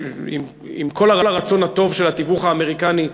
עם כל הרצון הטוב של התיווך האמריקני,